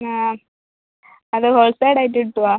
അ അത് ഹോൾസെയിൽ ആയിട്ട് കിട്ടുവാ